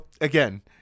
again